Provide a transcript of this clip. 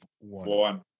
one